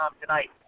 tonight